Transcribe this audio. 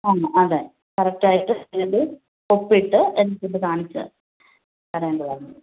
അതെ കറക്റ്റ് ആയിട്ട് എഴുതി ഒപ്പിട്ട് എനിക്ക് ഒന്ന് കാണിച്ചു തരേണ്ടതാണ്